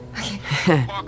Okay